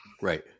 Right